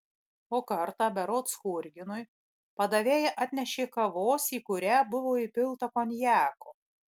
o kartą berods churginui padavėja atnešė kavos į kurią buvo įpilta konjako